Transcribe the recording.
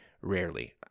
rarely